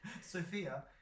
Sophia